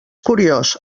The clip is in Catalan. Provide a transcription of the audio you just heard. curiós